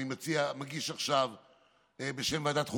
של ועדת החוקה,